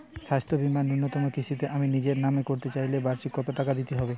স্বাস্থ্য বীমার ন্যুনতম কিস্তিতে আমি নিজের নামে করতে চাইলে বার্ষিক কত টাকা দিতে হবে?